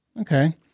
Okay